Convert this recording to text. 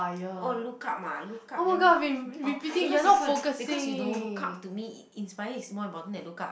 oh look up ah look up then oh because different because you know look up to me in~ inspire is more important than look up